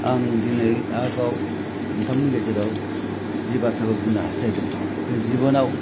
आं दिनै आरबाव नोंथांमोननि गेजेराव जि बाथ्राखौ बुंनो हासथायदों बे जिबनाव